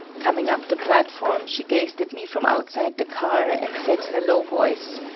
coming up the platform, she gazed at me from outside the car, and said in a low voice